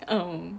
um